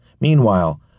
Meanwhile